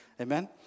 Amen